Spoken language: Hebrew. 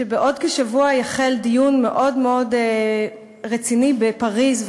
שבעוד כשבוע יחל דיון מאוד מאוד רציני בו בפריז,